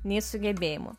nei sugebėjimų